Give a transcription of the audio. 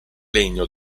legno